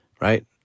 right